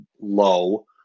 low